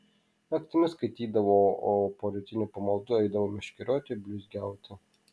naktimis skaitydavo o po rytinių pamaldų eidavo meškerioti blizgiauti